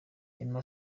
emma